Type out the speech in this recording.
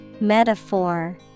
Metaphor